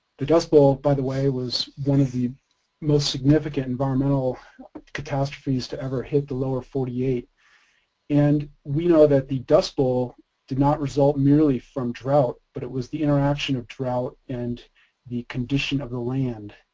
the dust bowl, by the way, was one of the most significant environmental catastrophes to ever hit the lower forty-eight and we know that the dust bowl did not result merely from drought, but it was the interaction of drought and the condition of the land,